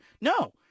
No